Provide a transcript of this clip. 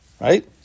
right